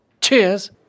Cheers